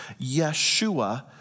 Yeshua